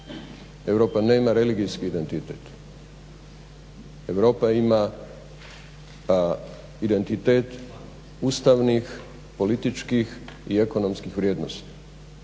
Europa nema religijski identitet. Europa ima identitet ustavnih, političkih i ekonomskih vrijednosti.